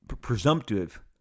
presumptive